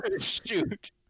shoot